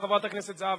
חברת הכנסת זהבה גלאון,